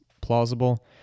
plausible